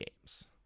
games